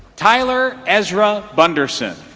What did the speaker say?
tyler ezra bunderson